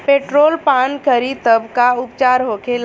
Petrol पान करी तब का उपचार होखेला?